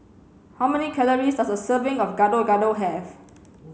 how many calories does a serving of Gado gado have